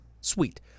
Sweet